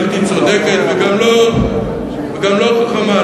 בלתי צודקת וגם לא חכמה,